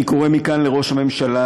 אני קורא מכאן לראש הממשלה,